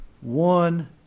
one